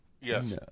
Yes